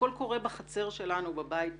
הכול קורה בחצר שלנו, בבית שלנו,